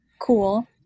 Cool